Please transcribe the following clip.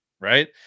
Right